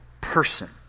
person